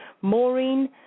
Maureen